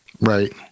Right